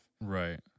Right